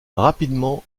rapidement